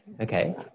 Okay